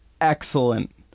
excellent